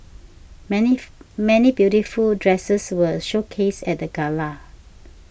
many many beautiful dresses were showcased at the gala